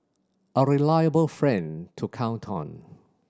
a reliable friend to count on